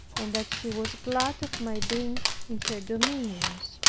and that she was glad of my being in her dominions.